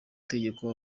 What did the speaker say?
tegeko